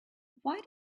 why